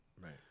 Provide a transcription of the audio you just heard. Right